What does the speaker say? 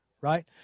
right